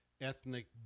ethnic